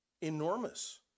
enormous